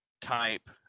type